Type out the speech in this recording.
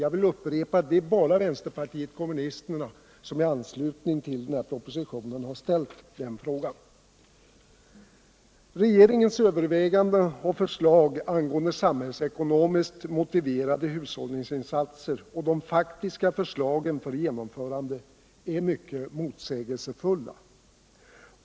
Jag upprepar att det bara är vänsterpartiet kommunisterna som i anslutning till propositionen har tagit upp denna fråga. Regeringens överväganden och förslag angående samhällsekonomiskt motiverade hushållningsinsatser och de faktiska förslagen för genomförande är mycket motsägelsefulla.